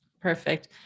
Perfect